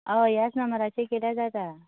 हय ह्याच नंबराचेर केल्यार जाता